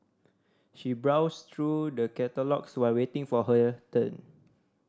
she browsed through the catalogues while waiting for her turn